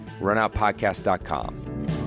runoutpodcast.com